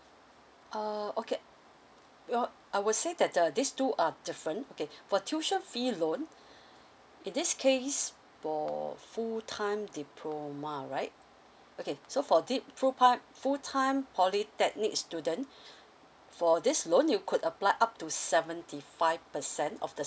uh okay well I would say that uh these two are different okay for tuition fee loan in this case for full time diploma right okay so de~ pru~ pri~ full time polytechnic student for this loan you could apply up to seventy five percent of the